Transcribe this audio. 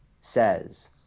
says